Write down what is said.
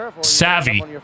Savvy